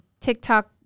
TikTok